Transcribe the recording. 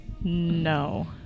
No